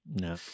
no